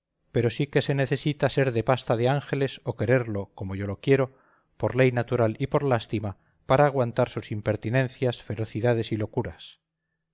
pero sí que se necesita ser de pasta de ángeles o quererlo como yo lo quiero por ley natural y por lástima para aguantar sus impertinencias ferocidades y locuras